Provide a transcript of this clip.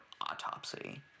autopsy